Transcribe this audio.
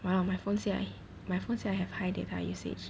!wow! my phone say I my phone said I have high data usage